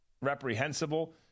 reprehensible